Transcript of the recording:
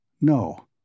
No